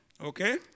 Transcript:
Okay